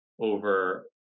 over